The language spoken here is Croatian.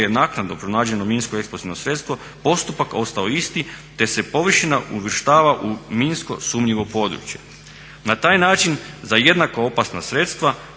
je naknadno pronađeno minsko eksplozivno sredstvo postupak ostao isti te se površina uvrštava u minsko sumnjivo područje. Na taj način za jednako opasna sredstva